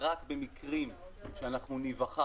רק במקרים שאנחנו ניווכח